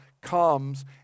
comes